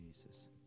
Jesus